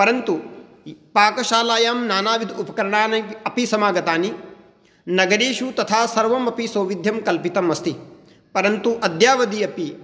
परन्तु पाकशालायाम् नानाविध उपकरणानि अपि समागतानि नगरेषु तथा सर्वमपि सौविध्यं कल्पितमस्ति परन्तु अद्यावधि अपि